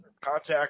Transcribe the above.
contact